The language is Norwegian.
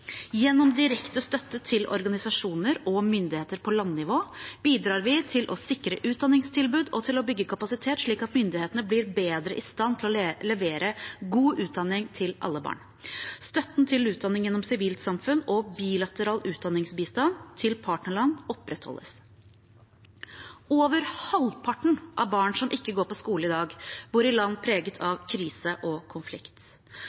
Gjennom direkte støtte til organisasjoner og myndigheter på landnivå bidrar vi til å sikre utdanningstilbud og til å bygge kapasitet, slik at myndighetene blir bedre i stand til å levere god utdanning til alle barn. Støtten til utdanning gjennom sivilsamfunn og bilateral utdanningsbistand til partnerland opprettholdes. Over halvparten av barn som ikke går på skole i dag, bor i land preget av krise og konflikt.